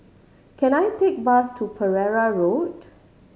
can I take bus to Pereira Road